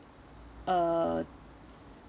uh